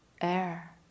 air